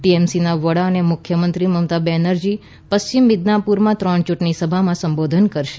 ટીએમસીના વડા અને મુખ્યમંત્રી મમતા બેનરજી પશ્ચિમ મીદનાપુરમાં ત્રણ ચૂંટણી સભામાં સંબોધન કરશે